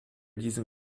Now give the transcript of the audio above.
diesen